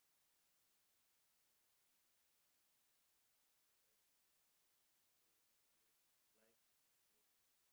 being very broke and everything what to do life is like that so have to work life we have to work ah